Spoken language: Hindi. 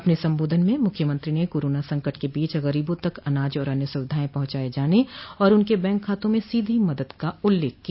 अपने संबोधन में मुख्यमंत्री ने कोरोना संकट के बीच गरीबों तक अनाज और अन्य सुविधाएं पहुंचाए जाने और उनके बैंक खातों में सीधी मदद का उल्लेख किया